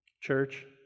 Church